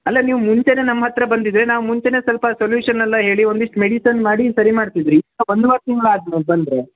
ಅಲ್ಲ ನೀವು ಮುಂಚೆನೆ ನಮ್ಮ ಹತ್ತಿರ ಬಂದಿದ್ದರೆ ನಾವು ಮುಂಚೆನೆ ಸ್ವಲ್ಪ ಸೊಲ್ಯೂಷನ್ ಎಲ್ಲ ಹೇಳಿ ಒಂದು ಇಷ್ಟು ಮೆಡಿಸನ್ ಮಾಡಿ ಸರಿ ಮಾಡ್ತಿದ್ವಿ ಈಗ ಒಂದುವರೆ ತಿಂಗ್ಳು ಆದ್ಮೇಲೆ ಬಂದರೆ